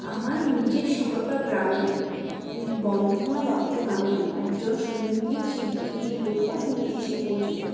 আমার নিজের শহর বা গ্রামে বন্ধনা দত্ত নামে একজন সঙ্গীত শিল্পী যিনি লোক সঙ্গীত হিসেবে পরিচিত